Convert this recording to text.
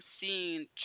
seen